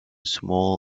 small